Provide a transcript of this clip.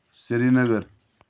Srinagar